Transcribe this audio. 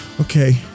okay